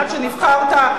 עד שנבחרת,